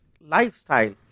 lifestyle